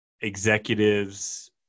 executives